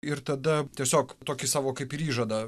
ir tada tiesiog tokį savo kaip ir įžadą